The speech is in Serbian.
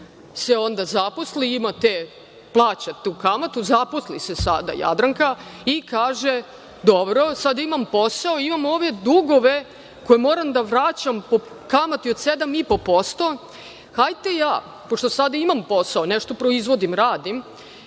se onda zaposli i plaća tu kamatu. Zaposli se sada Jadranka i kaže – dobro, sada imam posao, imam ove dugove koje moram da vraćam po kamati od 7,5%, hajte ja, pošto sada imam posao, nešto proizvodim, radim,